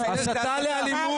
הסתה לאלימות.